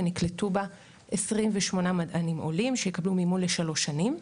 ונקלטו בה 28 מדענים עולים שיקבלו מימון לשלוש שנים.